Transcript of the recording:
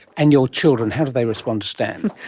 and your children, how do they respond to stan?